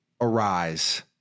arise